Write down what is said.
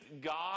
God